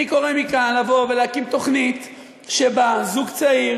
אני קורא לכם להקים תוכנית שבה זוג צעיר